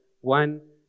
one